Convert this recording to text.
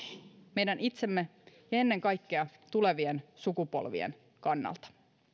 meidän itsemme ja ennen kaikkea tulevien sukupolvien kannalta